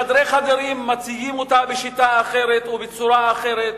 בחדרי-חדרים מציגים אותו בשיטה ובצורה אחרות.